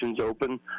open